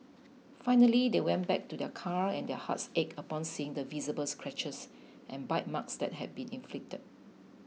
finally they went back to their car and their hearts ached upon seeing the visible scratches and bite marks that had been inflicted